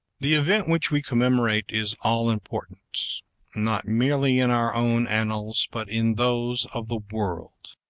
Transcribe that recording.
the event which we commemorate is all-important, not merely in our own annals, but in those of the world.